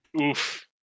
oof